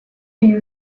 you